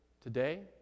today